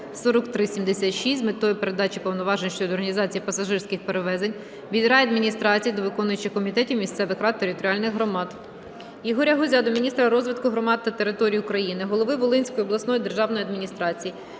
4376 з метою передачі повноважень щодо організації пасажирських перевезень від райдержадміністрацій до виконавчих комітетів місцевих рад територіальних громад.